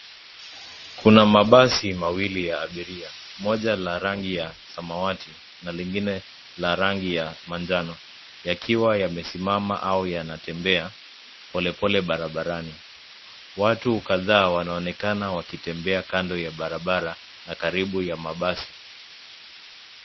Kuna mabasi mawili ya abiria, moja la rangi ya, samawati, na lingine, la rangi ya manjano, yakiwa yamesimama au yanatembea, pole pole barabarani, watu kadhaa wanaonekana wakitembea kando ya barabara, na karibu ya mabasi.